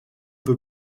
peu